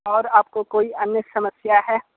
और आपको कोई अन्य समस्या है